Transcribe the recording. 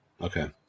Okay